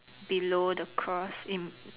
below the cross im~